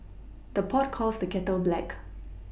the pot calls the kettle black